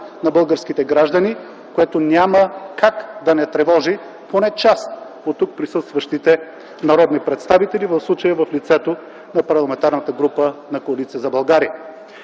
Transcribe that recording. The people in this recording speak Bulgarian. на българските граждани, което няма как да не тревожи поне част от тук присъстващите народни представители, в случая в лицето на Парламентарната група на Коалиция за България.